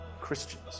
Christians